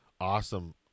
awesome